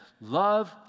Love